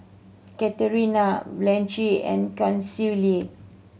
Katharina Blanche and Consuela